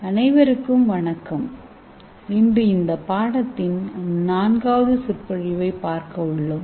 அனைவருக்கும் வணக்கம் இன்று இந்த பாடத்தின் நான்காவது சொற்பொழிவைப் பார்க்கஉள்ளோம்